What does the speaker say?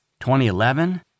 2011